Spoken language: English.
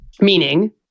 Meaning